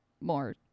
more